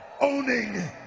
owning